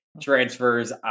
transfers